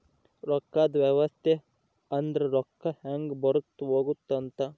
ರೊಕ್ಕದ್ ವ್ಯವಸ್ತೆ ಅಂದ್ರ ರೊಕ್ಕ ಹೆಂಗ ಬರುತ್ತ ಹೋಗುತ್ತ ಅಂತ